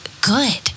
good